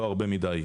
לא הרבה מדי.